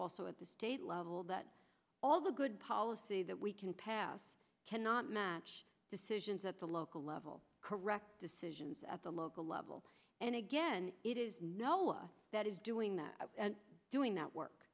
also at the state level that all the good policy that we can pass cannot match decisions at the local level correct decisions at the local level and again it is nola that is doing that and doing that work